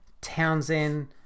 Townsend